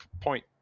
point